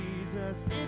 Jesus